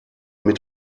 mit